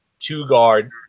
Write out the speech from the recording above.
two-guard